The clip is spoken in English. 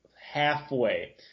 halfway